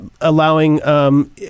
allowing